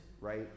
Right